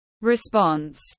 response